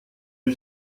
you